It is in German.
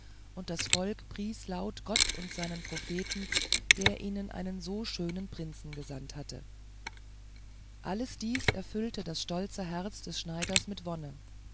und das volk pries laut gott und seinen propheten der ihnen einen so schönen prinzen gesandt habe alles dies erfüllte das stolze herz des schneiders mit wonne